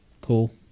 cool